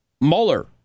Mueller